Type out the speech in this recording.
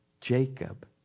Jacob